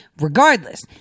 Regardless